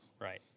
right